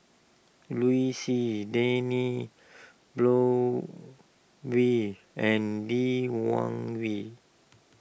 Liu Si Dennis Blood we and Lee Wung Yew